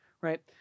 right